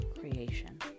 creation